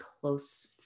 close